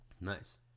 Nice